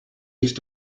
used